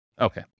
Okay